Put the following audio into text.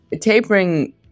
tapering